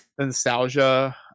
nostalgia